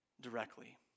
directly